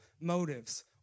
motives